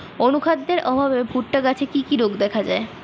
অনুখাদ্যের অভাবে ভুট্টা গাছে কি কি রোগ দেখা যায়?